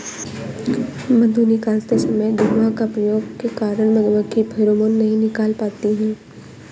मधु निकालते समय धुआं का प्रयोग के कारण मधुमक्खी फेरोमोन नहीं निकाल पाती हैं